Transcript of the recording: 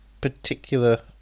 particular